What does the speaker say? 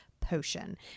potion